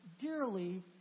dearly